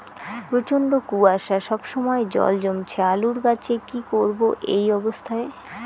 প্রচন্ড কুয়াশা সবসময় জল জমছে আলুর গাছে কি করব এই অবস্থায়?